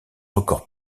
record